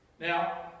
Now